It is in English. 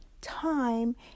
time